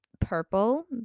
purple